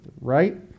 right